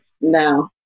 no